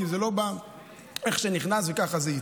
כי זה לא בא איך שנכנס וככה זה יצא.